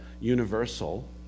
universal